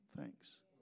thanks